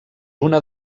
una